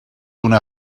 una